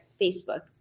Facebook